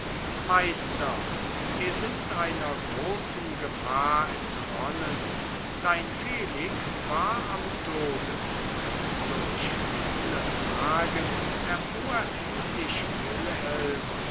meister wir sind einer großen gefahr entronnen dein felix war am tode durch viele fragen erfuhr endlich wilhelm